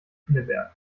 pinneberg